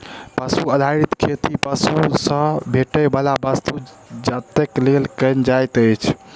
पशु आधारित खेती पशु सॅ भेटैयबला वस्तु जातक लेल कयल जाइत अछि